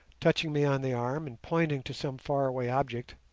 touching me on the arm and pointing to some far-away object,